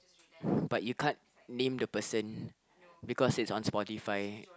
but you can't name the person because it's on Spotify